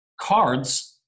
cards